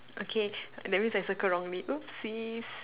okay that means I circle wrongly oopsies